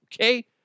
Okay